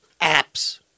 apps